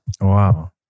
Wow